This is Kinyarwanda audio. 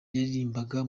yaririmbaga